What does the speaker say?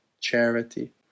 charity